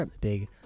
big